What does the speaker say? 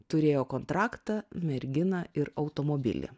turėjo kontraktą merginą ir automobilį